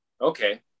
okay